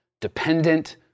dependent